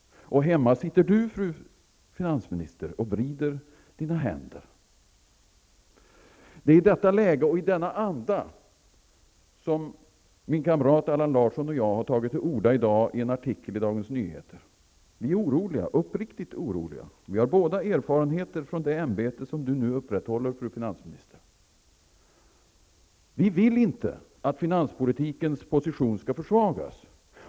Och hemma sitter du, fru finansminister, och vrider dina händer. Det är i detta läge och i denna anda som min kamrat Allan Larsson och jag i dag har tagit till orda i en artikel i Dagens Nyheter. Vi är oroliga, uppriktigt oroliga. Vi har båda erfarenheter från det ämbete som du nu upprätthåller, fru finansminister. Vi vill inte att finanspolitikens position skall försvagas.